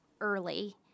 early